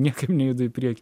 niekaip nejuda į priekį